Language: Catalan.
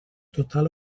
total